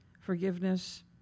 forgiveness